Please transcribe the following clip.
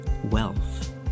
wealth